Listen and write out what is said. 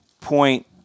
point